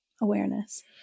awareness